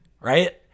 right